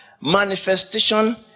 manifestation